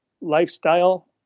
lifestyle